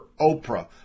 Oprah